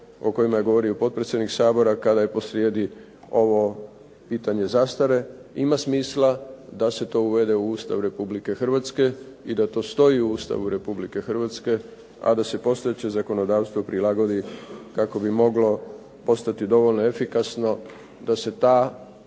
o kojima je govorio potpredsjednik Sabora kada je posrijedi ovo pitanje zastare. Ima smisla da se to uvede u Ustav Republike Hrvatske i da to stoji u Ustavu Republike Hrvatske a da se postojeće zakonodavstvo prilagodi kako bi moglo postati dovoljno efikasno da se ta